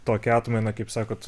tokią atmainą kaip sakot